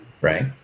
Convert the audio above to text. Right